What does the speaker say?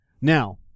Now